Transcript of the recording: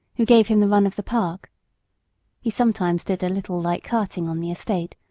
who gave him the run of the park he sometimes did a little light carting on the estate,